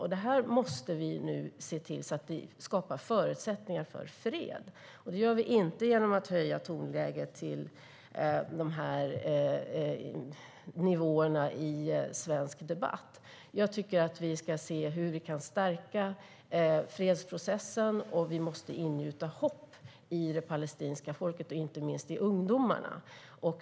Vi måste nu se till att skapa förutsättningar för fred, och det gör vi inte genom att höja tonläget till de här nivåerna i svensk debatt. Jag tycker att vi ska se hur vi kan stärka fredsprocessen, och vi måste ingjuta hopp i det palestinska folket och inte minst i ungdomarna.